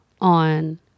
on